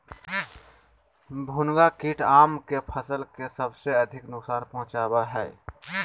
भुनगा कीट आम के फसल के सबसे अधिक नुकसान पहुंचावा हइ